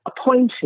appointed